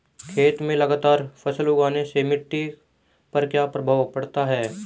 खेत में लगातार फसल उगाने से मिट्टी पर क्या प्रभाव पड़ता है?